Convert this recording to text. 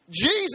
Jesus